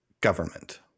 government